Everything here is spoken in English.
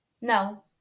No